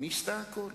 ניסתה הכול